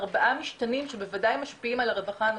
ארבעה משתנים שבוודאי משפיעים על הרווחה הנפשית,